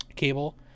cable